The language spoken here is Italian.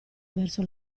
verso